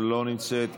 לא נמצאת,